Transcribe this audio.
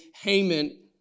Haman